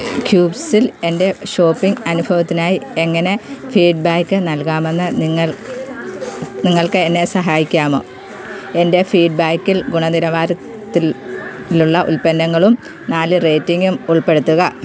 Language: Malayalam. കൂവ്സിൽ എൻ്റെ ഷോപ്പിംഗ് അനുഭവത്തിനായി എങ്ങനെ ഫീഡ്ബാക്ക് നൽകാമെന്ന് നിങ്ങൾ നിങ്ങൾക്ക് എന്നെ സഹായിക്കാമോ എൻ്റെ ഫീഡ്ബാക്കിൽ ഗുണനിലവാരത്തിലുള്ള ഉൽപ്പന്നങ്ങളും നാല് റേറ്റിംഗും ഉൾപ്പെടുത്തുക